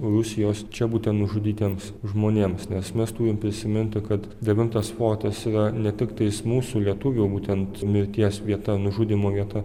rusijos čia būtent nužudytiems žmonėms nes mes turim prisiminti kad devintas fortas yra ne tiktais mūsų lietuvių būtent mirties vieta nužudymo vieta